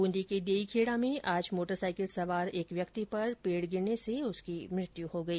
बूंदी के देईखेड़ा में आज मोटरसाइकिल सवार एक व्यक्ति पर पेड गिरने से उसकी मृत्यु हो गई